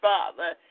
Father